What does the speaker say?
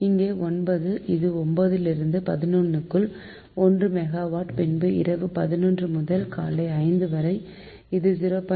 இங்கே 9 இது 9 லிருந்து 11க்குள் 1 மெகாவாட் பின்பு இரவு 11 முதல் காலை 5 வரை இது 0